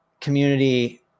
community